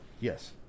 Yes